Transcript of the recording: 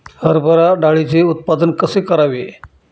हरभरा डाळीचे उत्पादन कसे करावे?